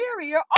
superior